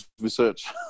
research